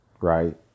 right